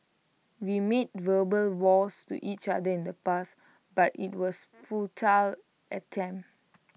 we made verbal vows to each other in the past but IT was A futile attempt